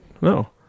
No